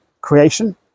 creation